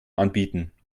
anbieten